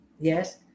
yes